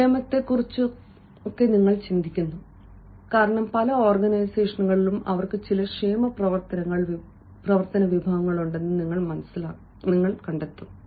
ക്ഷേമത്തെക്കുറിച്ചും ചിന്തിക്കുന്നു കാരണം പല ഓർഗനൈസേഷനുകളിലും അവർക്ക് ചില ക്ഷേമ പ്രവർത്തന വിഭാഗങ്ങളുണ്ടെന്ന് നിങ്ങൾ കണ്ടെത്തും